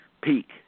peak